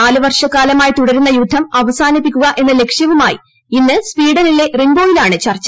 നാല് വർഷക്കാലമായി തുടരുന്ന യുദ്ധം അവസാനിപ്പിക്കുക എന്ന ലക്ഷ്യവുമായി ഇന്ന് സ്വീഡനിലെ റിംമ്പോയിലാണ് ചർച്ച